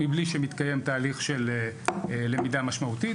מבלי שמתקיים תהליך של למידה משמעותית,